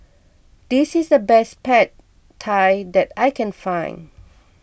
this is the best Pad Thai that I can find